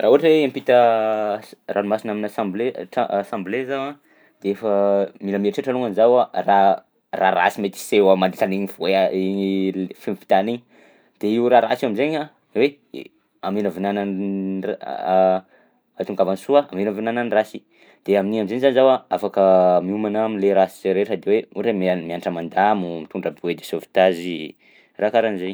Raha ohatra hoe hiampita s- ranomasina aminà sambolay tra- sambolay zaho a de efa mila mieritreritra longany zaho raha raha rasy mety hiseho mandritran'igny voa- igny fiampitana igny de io raha ratsy io am'zaigny a hoe i- haminavinana n- ra- ahatongavan'ny soa aminavinana ny rasy de amin'iny am'zay zany zaho a afaka miomana am'le rasy rehetra de hoe ohatra hoe mia- mianatra mandamo mitondra bouée de sauvetage, raha karahan'zay.